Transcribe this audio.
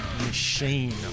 Machine